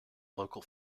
local